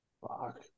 Fuck